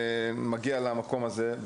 למקום הזה,